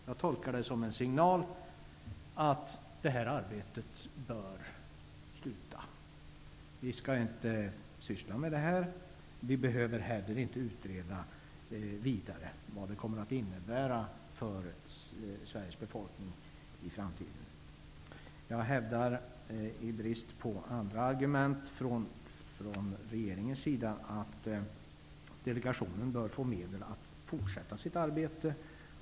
Jag tolkar det som en signal om att det här arbetet bör upphöra, vi skall inte syssla med detta och vi behöver inte heller utreda vidare vad det kommer att innebära för Sveriges befolkning i framtiden. I brist på andra argument från regeringen hävdar jag att delegationen bör få medel att fortsätta sitt arbete.